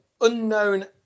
unknown